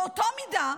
באותה מידה,